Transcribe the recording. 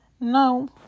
No